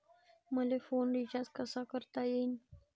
मले phone recharge कसा करता येईन?